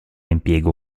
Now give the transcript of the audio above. impiego